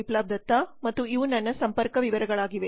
Biplab Datta ಮತ್ತು ಇವು ನನ್ನ ಸಂಪರ್ಕ ವಿವರಗಳಾಗಿವೆ